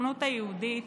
הסוכנות היהודית.